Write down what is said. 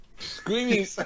Screaming